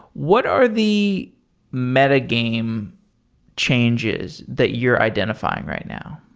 what are the meta-game changes that you're identifying right now?